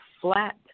flat